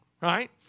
Right